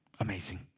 Amazing